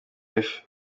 life